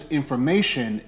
information